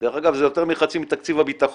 אגב זה יותר מחצי מתקציב הביטחון.